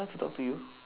talk to you